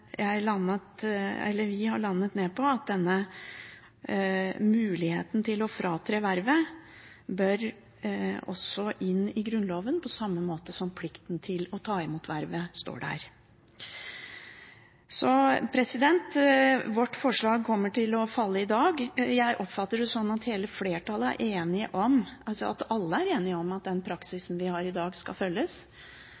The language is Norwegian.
vi landet på at denne muligheten til å fratre vervet også bør inn i Grunnloven, på samme måte som plikten til å ta imot vervet står der. Vårt forslag kommer til å falle i dag. Jeg oppfatter det slik at hele flertallet er enig i at den praksisen vi har i dag, skal følges. Personlig har jeg signalisert at